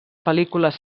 pel·lícules